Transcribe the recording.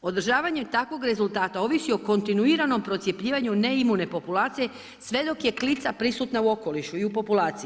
Održavanjem takvog rezultata ovisi o kontinuiranom procjepljivanju ne imune populacije sve dok je klica prisutna u okolišu i u populaciji.